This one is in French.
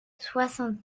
soixante